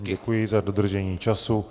Děkuji za dodržení času.